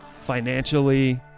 financially